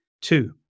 Two